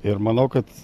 ir manau kad